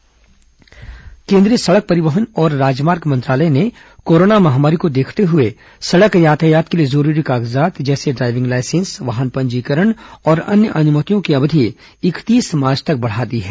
सडक यातायात मान्यता अवधि केन्द्रीय सड़क परिवहन और राजमार्ग मंत्रालय ने कोरोना महामारी को देखते हुए सड़क यातायात के लिए जरूरी कागजात जैसे ड्राइविंग लाइसेंस वाहन पंजीकरण और अन्य अनुमतियों की अवधि इकतीस मार्च तक बढ़ा दी है